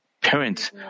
Parents